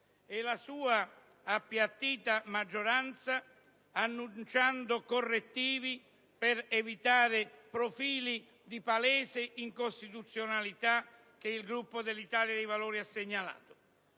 e la sua appiattita maggioranza annunciando correttivi per evitare profili di palese incostituzionalità che il Gruppo dell'Italia dei Valori ha segnalato.